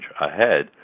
ahead